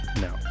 No